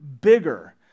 bigger